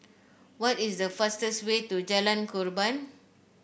what is the fastest way to Jalan Korban